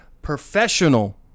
Professional